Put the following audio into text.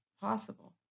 possible